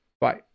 Bye